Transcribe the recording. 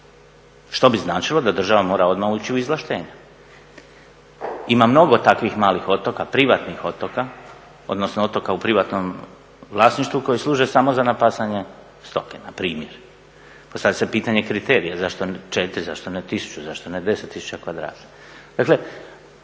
Što bi značilo da država mora odmah ući u izvlaštenje. Ima mnogo takvih malih otoka, privatnih otoka, odnosno otoka u privatnom vlasništvu koji služe samo za napasanje stoke npr. Postavlja se pitanje kriterija, zašto 4, zašto ne 1000, zašto ne 10 000 kvadrata?